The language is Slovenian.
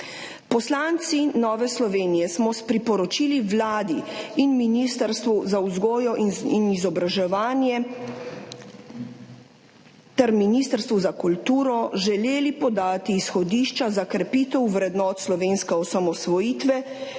Poslanci Nove Slovenije smo s priporočili Vladi in Ministrstvu za vzgojo in izobraževanje ter Ministrstvu za kulturo želeli podati izhodišča za krepitev vrednot slovenske osamosvojitve